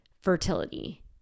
fertility